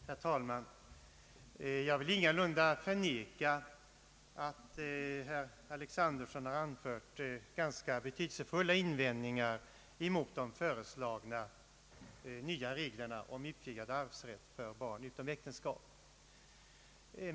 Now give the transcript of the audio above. Herr talman! Jag vill ingalunda förneka att herr Alexanderson har anfört betydelsefulla invändningar mot de föreslagna nya reglerna om utvidgad arvsrätt för barn utom äktenskapet.